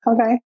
Okay